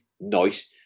nice